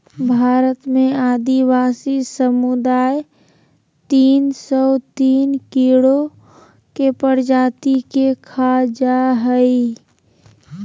भारत में आदिवासी समुदाय तिन सो तिन कीड़ों के प्रजाति के खा जा हइ